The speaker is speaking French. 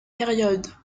période